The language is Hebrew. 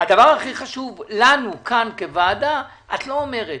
הדבר הכי חשוב לנו כאן כוועדה, את לא אומרת.